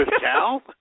Cal